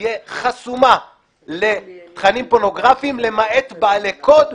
תהיה חסומה לתכנים פורנוגרפיים, למעט בעלי קוד.